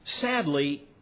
Sadly